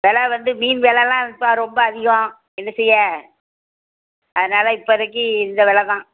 வில வந்து மீன் விலலாம் இப்போ ரொம்ப அதிகம் என்ன செய்ய அதனால் இப்போதிக்கி இந்த வில தான்